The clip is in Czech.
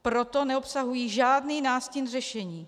Proto neobsahují žádný nástin řešení.